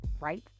right